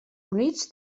units